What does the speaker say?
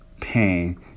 pain